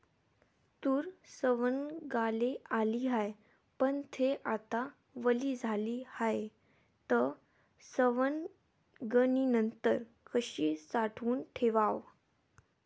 तूर सवंगाले आली हाये, पन थे आता वली झाली हाये, त सवंगनीनंतर कशी साठवून ठेवाव?